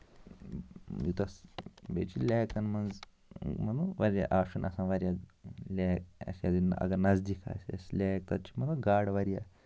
یہِ تَس بیٚیہِ چھِ لٮ۪کَن منٛز مطلب واریاہ آشُن آسن واریاہ لٮ۪ک اَگر نَزدیٖک آسہِ اَسہِ لٮ۪ک تَتہِ چھُ گاڈٕ واریاہ